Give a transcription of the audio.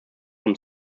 from